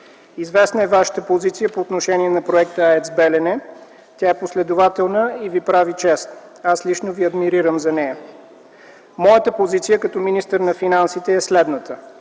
Известна е Вашата позиция по отношение на проекта АЕЦ „Белене” – тя е последователна и Ви прави чест. Аз лично Ви адмирирам за нея. Моята позиция като министър на финансите е следната,